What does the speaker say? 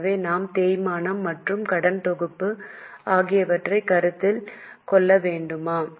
எனவே நாம் தேய்மானம் மற்றும் கடன்தொகுப்பு ஆகியவற்றைக் கருத்தில் கொள்ள வேண்டுமா